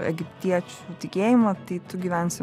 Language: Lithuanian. egiptiečių tikėjimą tai tu gyvensi